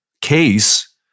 case